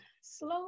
Slow